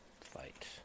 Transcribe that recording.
fight